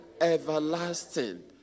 everlasting